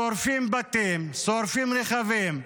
שורפים בתים, שורפים רכבים,